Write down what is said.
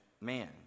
man